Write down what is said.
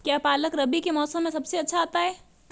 क्या पालक रबी के मौसम में सबसे अच्छा आता है?